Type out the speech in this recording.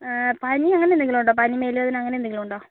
പനി അങ്ങനെ എന്തെങ്കിലും ഉണ്ടോ പനി മേല് വേദന അങ്ങനെ എന്തെങ്കിലും ഉണ്ടോ